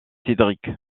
cédric